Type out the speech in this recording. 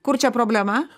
kur čia problema